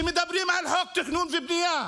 כשמדברים על חוק התכנון והבנייה